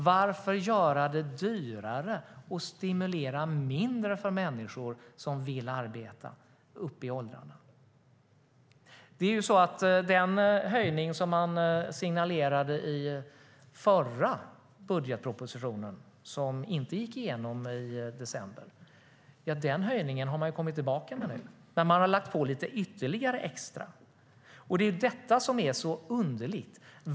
Varför göra det dyrare för och ge färre stimulanser till människor som vill arbeta upp i åldrarna? Det är ju så att den höjning som man signalerade i förra budgetpropositionen, som inte gick igenom i december, har man nu kommit tillbaka med, och man har även lagt på lite extra. Det är detta som är så underligt.